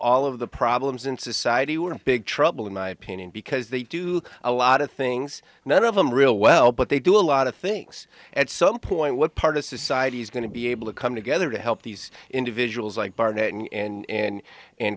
all of the problems in society we're big trouble in my opinion because they do a lot of things none of them real well but they do a lot of things at some point what part of society is going to be able to come together to help these individuals like barnett in an